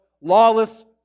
lawless